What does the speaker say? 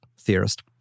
theorist